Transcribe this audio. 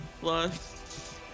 plus